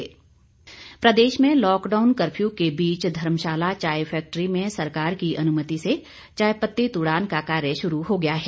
चाय तुड़ान प्रदेश में लॉकडाउन कफ्यू के बीच धर्मशाला चाय फैक्ट्री में सरकार की अनुमति से चाय पत्ती तुड़ान का कार्य शुरू हो गया है